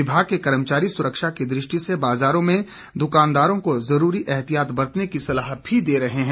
विभाग के कर्मचारी सुरक्षा की दृष्टि से बाजारों में दुकानदारों को जरूरी ऐहतियात बर्तने की सलाह भी दे रहे है